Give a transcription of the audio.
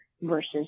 versus